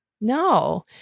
No